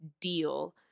deal